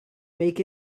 make